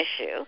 issue